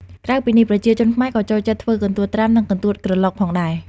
ក្រៅពីនេះ ប្រជាជនខ្មែរក៏ចូលចិត្តធ្វើ កន្ទួតត្រាំ និង កន្ទួតក្រឡុក ផងដែរ។